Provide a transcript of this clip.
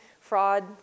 fraud